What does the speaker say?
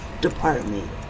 department